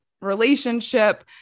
relationship